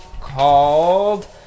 called